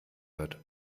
wird